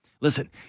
Listen